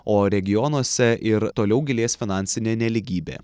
o regionuose ir toliau gilės finansinė nelygybė